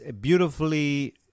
beautifully